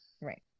Right